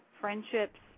friendships